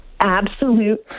absolute